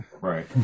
Right